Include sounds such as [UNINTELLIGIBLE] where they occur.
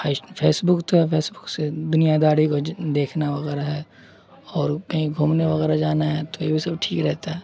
[UNINTELLIGIBLE] Facebook تو ہے Facebook سے دنیاداری کو دیکھنا وغیرہ ہے اور کہیں گھومنے وغیرہ جانا ہے تو یہ بھی سب ٹھیک رہتا ہے